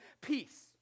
peace